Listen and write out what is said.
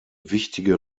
wichtige